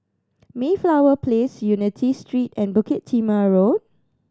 Mayflower Place Unity Street and Bukit Timah Road